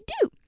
do